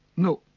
no.